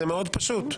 זה מאוד פשוט.